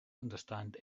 understand